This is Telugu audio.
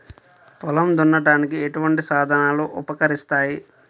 పొలం దున్నడానికి ఎటువంటి సాధనలు ఉపకరిస్తాయి?